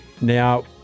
Now